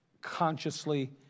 consciously